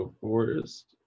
forest